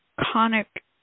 conic